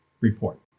Report